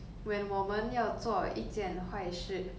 我们会 justify by saying I mean